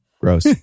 Gross